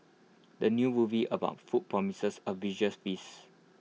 the new movie about food promises A visuals feasts